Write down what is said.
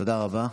תודה רבה.